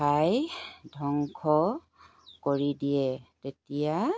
খাই ধ্বংস কৰি দিয়ে তেতিয়া